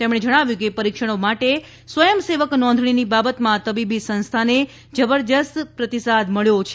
તેમણે જણાવ્યું કે પરીક્ષણો માટે સ્વયંસેવક નોંધણીની બાબતમાં તબીબી સંસ્થાને જબરદસ્ત પ્રતિસાદ મબ્યો છે